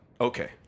Okay